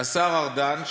השר ארדן,